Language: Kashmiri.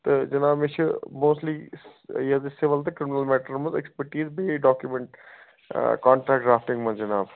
تہٕ جِناب مےٚ چھُ موسٹلی ییٚلہِ بہٕ سیٖوِل تہٕ کرٛیمینل میٹرن منٛز ایٚکسپٲٹیٖز تہٕ ڈاکیٛومینٹٕس کنٹریکٹ ڈرٛافٹِنٛگ منٛز جِناب